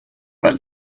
that